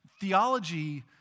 Theology